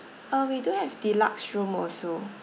uh we do have deluxe room also